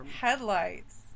headlights